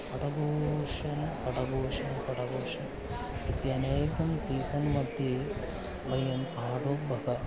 पठघोषणं पठघोषणं पठघोषणम् इत्यनेकं सीसन्मध्ये वयं फाडोग्बः